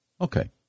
Okay